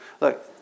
Look